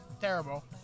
terrible